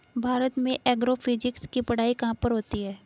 भारत में एग्रोफिजिक्स की पढ़ाई कहाँ पर होती है?